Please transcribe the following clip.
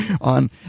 on